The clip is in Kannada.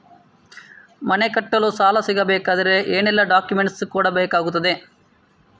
ಮನೆ ಕಟ್ಟಲು ಸಾಲ ಸಿಗಬೇಕಾದರೆ ಏನೆಲ್ಲಾ ಡಾಕ್ಯುಮೆಂಟ್ಸ್ ಕೊಡಬೇಕಾಗುತ್ತದೆ?